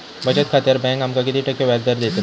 बचत खात्यार बँक आमका किती टक्के व्याजदर देतली?